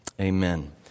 amen